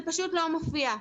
זה פשוט לא מופיע.